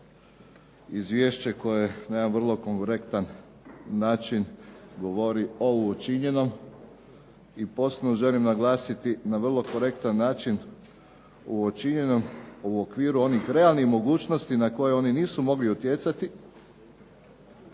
Izvješće koje na jedan vrlo korektan način govori o učinjenom. I posebno želim naglasiti na vrlo korektan način o učinjenom u okviru onih realnih mogućnosti na koje oni nisu mogli utjecati,